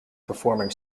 performing